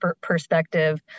perspective